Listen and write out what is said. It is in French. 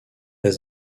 est